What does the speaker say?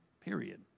Period